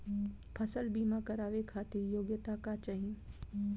फसल बीमा करावे खातिर योग्यता का चाही?